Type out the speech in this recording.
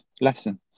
lesson